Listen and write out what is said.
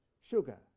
sugar